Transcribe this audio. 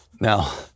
Now